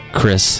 Chris